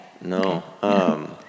No